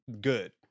good